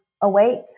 awake